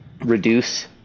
reduce